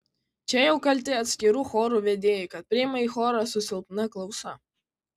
čia jau kalti atskirų chorų vedėjai kad priima į chorą su silpna klausa